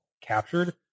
captured